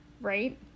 right